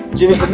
Jimmy